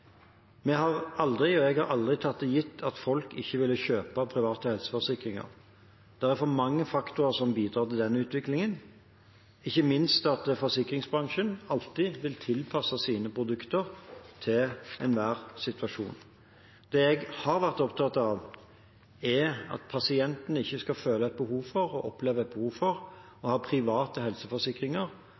Vi har aldri – og jeg har aldri – tatt for gitt at folk ikke vil kjøpe private helseforsikringer. Det er for mange faktorer som bidrar til den utviklingen – ikke minst at forsikringsbransjen alltid vil tilpasse sine produkter til enhver situasjon. Det jeg har vært opptatt av, er at pasientene ikke skal føle behov for – og oppleve et behov for – å ha private helseforsikringer